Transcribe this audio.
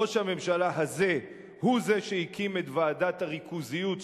ראש הממשלה הזה הוא זה שהקים את ועדת הריכוזיות,